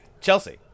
Chelsea